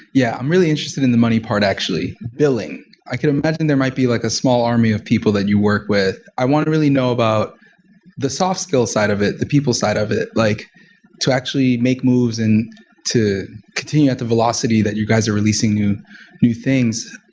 yeah, i'm really interest in the money part actually, billing. i could imagine there might be like a small army of people that you work with. i want to really know about the soft skill side of it, the people side of it. like to actually make moves and to continue at the velocity that you guys are releasing new new things.